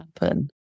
happen